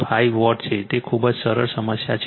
5 watt છે